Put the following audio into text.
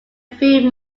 few